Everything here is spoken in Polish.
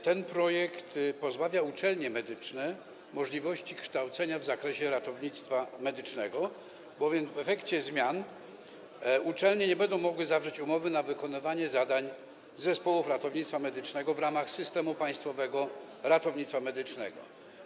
Ten projekt pozbawia uczelnie medyczne możliwości kształcenia w zakresie ratownictwa medycznego, bowiem w efekcie zmian uczelnie nie będą mogły zawrzeć umowy na wykonywanie zadań zespołów ratownictwa medycznego w ramach systemu Państwowego Ratownictwa Medycznego.